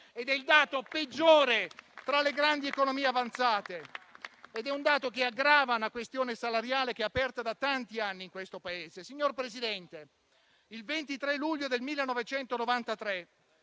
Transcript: È il dato peggiore tra le grandi economie avanzate. È un dato che aggrava una questione salariale aperta da tanti anni in questo Paese. Signor Presidente, il 23 luglio 1993